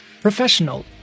professional